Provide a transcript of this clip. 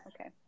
okay